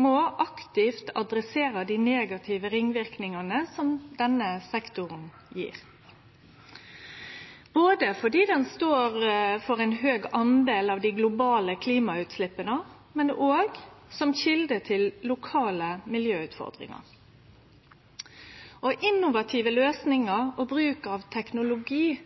må aktivt adressere dei negative ringverknadene som denne sektoren gjev, både fordi han står for ein høg del av dei globale klimagassutsleppa, men òg fordi han er kjelde til lokale miljøutfordringar. Innovative løysingar og bruk av teknologi